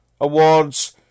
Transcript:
awards